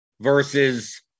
versus